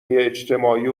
اجتماعی